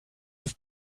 ist